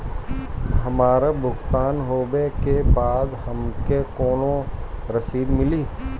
हमार भुगतान होबे के बाद हमके कौनो रसीद मिली?